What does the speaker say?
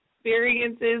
Experiences